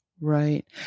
Right